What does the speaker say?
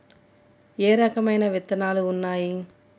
ఏ రకమైన విత్తనాలు ఉన్నాయి?